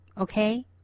Okay